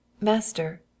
Master